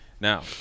Now